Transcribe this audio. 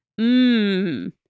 Mmm